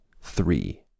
three